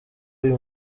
uyu